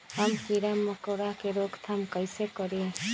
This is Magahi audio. हम किरा मकोरा के रोक थाम कईसे करी?